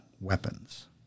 weapons